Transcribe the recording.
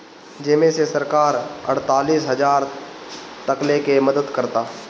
जेमे से सरकार अड़तालीस हजार तकले के मदद करता